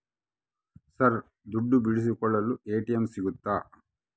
Sir ದುಡ್ಡು ಬಿಡಿಸಿಕೊಳ್ಳಲು ATM ಸಿಗುತ್ತಾ?